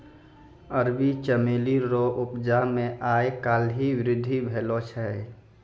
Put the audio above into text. अरबी चमेली रो उपजा मे आय काल्हि वृद्धि भेलो छै